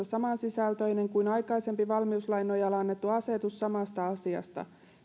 samansisältöinen kuin aikaisempi valmiuslain nojalla annettu asetus samasta asiasta